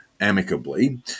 amicably